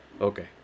Okay